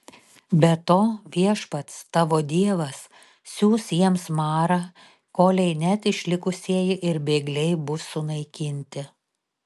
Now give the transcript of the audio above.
be to viešpats tavo dievas siųs jiems marą kolei net išlikusieji ir bėgliai bus sunaikinti